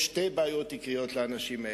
יש שתי בעיות עיקריות לאנשים האלה,